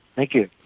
thank you.